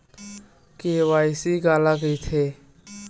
KYC काला कइथे?